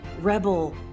rebel